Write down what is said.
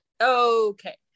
okay